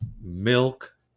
milk